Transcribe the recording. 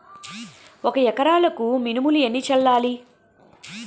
ఒక ఎకరాలకు మినువులు ఎన్ని చల్లాలి?